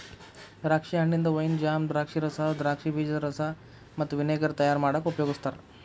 ದ್ರಾಕ್ಷಿ ಹಣ್ಣಿಂದ wine, jam, ದ್ರಾಕ್ಷಿರಸ, ದ್ರಾಕ್ಷಿ ಬೇಜದ ರಸ ಮತ್ತ ವಿನೆಗರ್ ತಯಾರ್ ಮಾಡಾಕ ಉಪಯೋಗಸ್ತಾರ